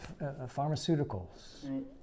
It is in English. pharmaceuticals